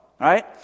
right